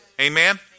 Amen